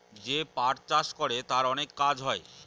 যে পাট চাষ করে তার অনেক কাজ হয়